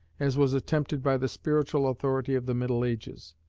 as was attempted by the spiritual authority of the middle ages.